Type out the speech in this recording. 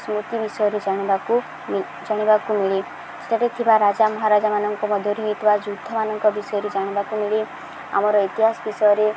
ସ୍ମୃତି ବିଷୟରେ ଜାଣିବାକୁ ଜାଣିବାକୁ ମିଳେ ସେଠି ଥିବା ରାଜା ମହାରାଜାମାନଙ୍କୁ ମଧ୍ୟରେ ହେଇଥିବା ଯୁଦ୍ଧମାନଙ୍କ ବିଷୟରେ ଜାଣିବାକୁ ମିଳେ ଆମର ଇତିହାସ ବିଷୟରେ